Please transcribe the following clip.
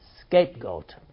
scapegoat